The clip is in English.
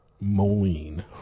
Moline